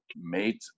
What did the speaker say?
made